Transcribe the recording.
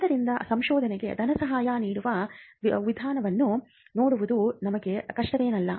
ಆದ್ದರಿಂದ ಸಂಶೋಧನೆಗೆ ಧನಸಹಾಯ ನೀಡುವ ವಿಧಾನವನ್ನು ನೋಡುವುದು ನಮಗೆ ಕಷ್ಟವೇನಲ್ಲ